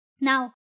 Now